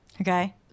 okay